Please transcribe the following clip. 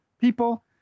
people